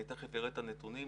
אני תיכף אראה את הנתונים.